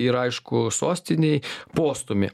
ir aišku sostinei postūmį